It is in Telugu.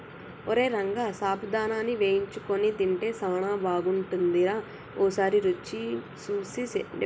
ఓరై రంగ సాబుదానాని వేయించుకొని తింటే సానా బాగుంటుందిరా ఓసారి రుచి సూసి సెప్పు